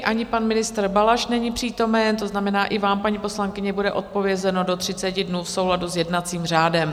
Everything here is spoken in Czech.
Ani pan ministr Balaš není přítomen, to znamená, i vám, paní poslankyně, bude odpovězeno do 30 dnů v souladu s jednacím řádem.